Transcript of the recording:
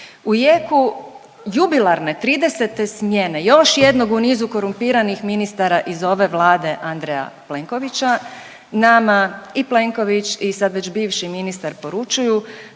U jeku jubilarne 30-te smjene još jednog u nizu korumpiranih ministara iz ove Vlade Andreja Plenkovića nama i Plenković i sad već bivši ministar poručuju